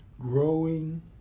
Growing